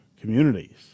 communities